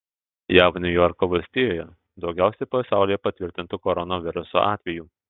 jav niujorko valstijoje daugiausiai pasaulyje patvirtintų koronaviruso atvejų